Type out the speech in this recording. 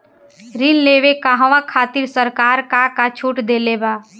ऋण लेवे कहवा खातिर सरकार का का छूट देले बा?